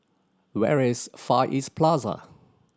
where is Far East Plaza